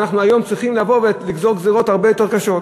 ואנחנו היום צריכים לבוא ולגזור גזירות הרבה יותר קשות.